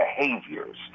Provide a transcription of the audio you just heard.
behaviors